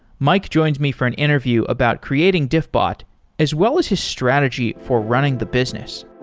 mike joins me for an interview about creating diffbot as well as his strategy for running the business.